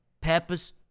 peppers